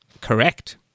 Correct